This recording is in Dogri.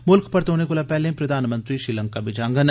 मुल्ख परतोने कोला पैहले प्रधानमंत्री श्रीलंका बी जांगन